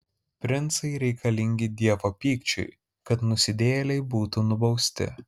princai reikalingi dievo pykčiui kad nusidėjėliai būtų nubausti